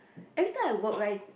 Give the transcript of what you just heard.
every time I work like